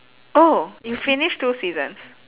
oh you finish two seasons